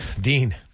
Dean